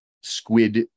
squid